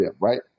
right